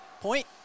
point